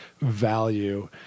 value